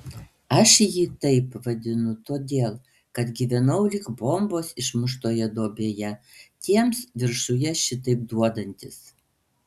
aš jį taip vadinu todėl kad gyvenau lyg bombos išmuštoje duobėje tiems viršuje šitaip duodantis